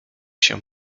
się